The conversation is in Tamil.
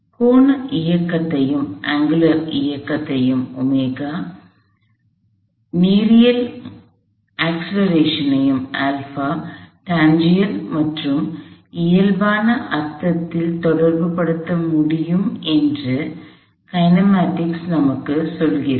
எனவே கோண இயக்கத்தையும் நேரியல் முடுக்கங்களையும் டான்ஜென்ஷியல் மற்றும் இயல்பான அர்த்தத்தில் தொடர்புபடுத்த முடியும் என்று இயக்கவியல் நமக்குச் சொல்கிறது